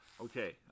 Okay